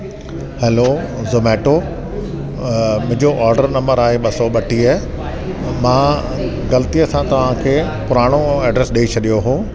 hello Zomato अ मुंहिंजो order number आहे ॿ सौ ॿटीह मां ग़लतीअ सां तव्हांखे पुराणो एड्रेस ॾेई छॾियो हो